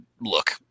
look